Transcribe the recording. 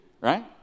right